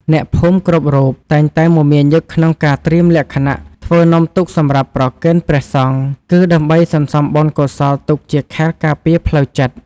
អ្នកភូមិគ្រប់រូបតែងតែមមាញឹកក្នុងការត្រៀមលក្ខណៈធ្វើនំទុកសម្រាប់ប្រគេនព្រះសង្ឃ គឺ ដើម្បីសន្សំបុណ្យកុសលទុកជាខែលការពារផ្លូវចិត្ត។